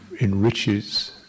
enriches